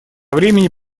времени